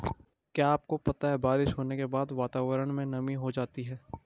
क्या आपको पता है बारिश होने के बाद वातावरण में नमी हो जाती है?